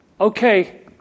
okay